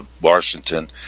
Washington